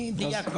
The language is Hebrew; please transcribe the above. אני דייקתי.